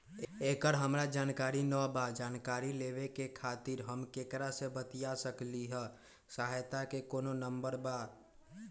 एकर हमरा जानकारी न बा जानकारी लेवे के खातिर हम केकरा से बातिया सकली ह सहायता के कोनो नंबर बा?